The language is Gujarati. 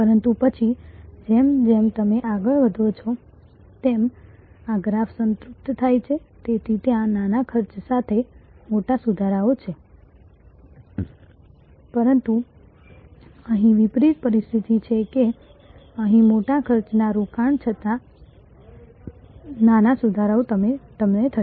પરંતુ પછી જેમ જેમ તમે આગળ વધો છો તેમ આ ગ્રાફ સંતૃપ્ત થાય છે તેથી ત્યાં નાના ખર્ચ સાથે મોટા સુધારાઓ છે પરંતુ અહીં વિપરીત પરિસ્થિતિ છે કે અહીં મોટા ખર્ચના રોકાણ છતાં નાના સુધારાઓ તમને થશે